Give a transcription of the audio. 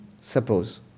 suppose